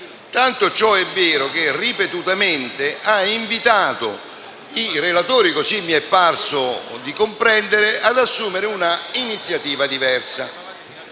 Tanto ciò è vero che, ripetutamente, ha invitato i relatori - così mi è parso di comprendere - ad assumere un'iniziativa diversa.